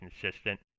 consistent